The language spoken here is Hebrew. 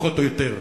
פחות או יותר.